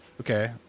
okay